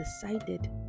decided